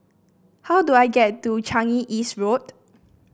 how do I get to Changi East Road